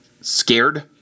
scared